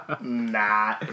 Nah